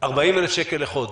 40,000 שקל לחודש,